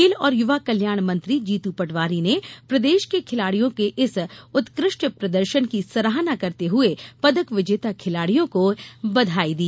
खेल और युवा कल्याण मंत्री जीतू पटवारी ने प्रदेश के खिलाडियों के इस उत्कृष्ट प्रदर्शन की सराहना करते हुए पदक विजेता खिलाडियों को बधाई दी